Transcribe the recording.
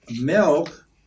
milk